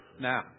Now